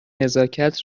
نزاکت